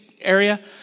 area